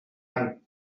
and